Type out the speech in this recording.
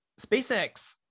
SpaceX